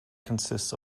consists